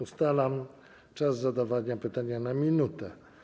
Ustalam czas zadawania pytania na 1 minutę.